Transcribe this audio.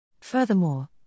Furthermore